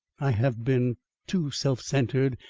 i have been too self-centred,